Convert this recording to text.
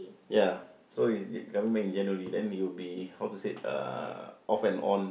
ya so it's he's coming back in January then he will be how to said uh off and on